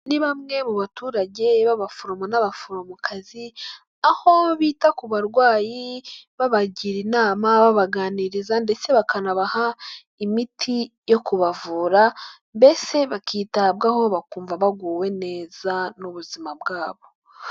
Ni bamwe mu baturage b'abaforomo n'abaforomokazi, aho bita ku barwayi, babagira inama, babaganiriza ndetse bakanabaha imiti yo kubavura mbese bakitabwaho bakumva baguwe neza n'ubuzima bwabo.